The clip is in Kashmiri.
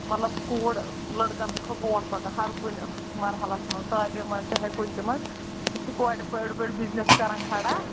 مطلب کوٗر لٔڑکَن ہٕنٛدۍ کھۄتہٕ برونٛٹھ پکان ہر کُنہِ مرحلَس منٛز تعلیٖم منٛز چاہے کُنہِ تہِ منٛز چھِ کورِ بٔڑۍ بٔڑۍ بِزنِس کَران کھڑا